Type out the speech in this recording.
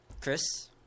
Chris